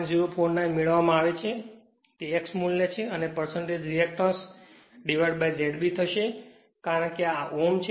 049 Ω મેળવવામાં આવે છે તે X મૂલ્ય છે અને રીએકટન્સ divideZ B થશે કારણ કે આ Ω છે